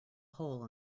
hole